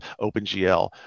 OpenGL